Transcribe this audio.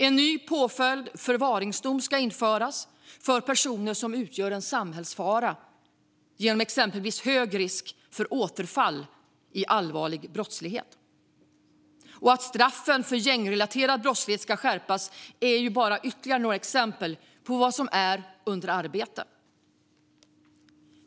En ny påföljd, förvaringsdom, ska införas för personer som utgör en samhällsfara genom exempelvis hög risk för återfall i allvarlig brottslighet. Straffen för gängrelaterad brottslighet ska också skärpas, och det är bara några exempel på vad som är under arbete.